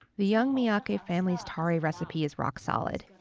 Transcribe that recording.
the young miyake family's tare recipe is rock solid.